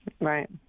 Right